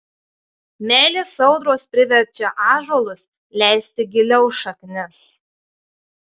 meilės audros priverčia ąžuolus leisti giliau šaknis